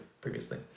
previously